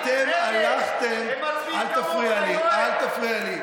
אל תפריע לי.